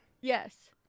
Yes